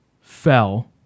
fell